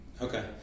okay